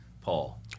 Paul